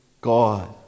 God